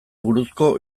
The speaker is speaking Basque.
buruzko